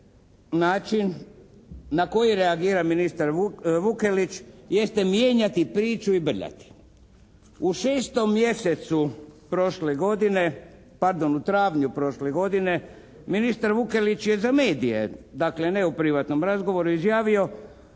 način na koji reagira ministar Vukelić jeste mijenjati priču i brljati. U 6. mjesecu prošle godine, pardon, u travnju prošle godine ministar Vukelić je za medije, dakle ne u privatnom razgovoru izjavio,